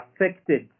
affected